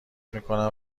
میکنم